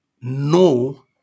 no